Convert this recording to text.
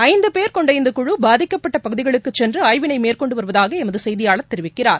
ஐந்து பேர் கொண்ட இந்த குழு பாதிக்கப்பட்ட பகுதிகளுக்குச் சென்று ஆய்வினை மேற்கொண்டு வருவதாக எமது செய்தியாளர் தெரிவிக்கிறார்